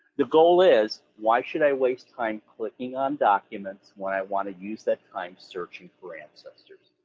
the goal is, why should i waste time clicking on documents when i want to use that time searching for ancestors?